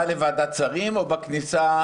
בכניסה